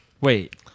Wait